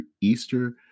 Easter